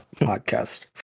podcast